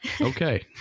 Okay